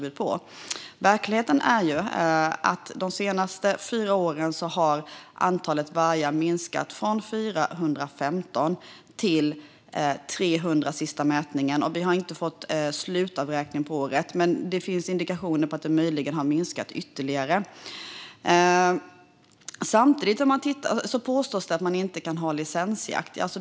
Verkligheten är att de senaste fyra åren har antalet vargar minskat från 415 till 300 vid den sista mätningen. Vi har inte fått slutavräkning på året, men det finns indikationer på att det möjligen har minskat ytterligare. Samtidigt påstås det att man inte kan ha licensjakt.